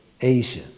Asia